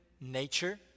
nature